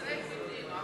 ישראל ביתנו.